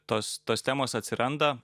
tos tos temos atsiranda